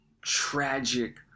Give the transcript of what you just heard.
tragic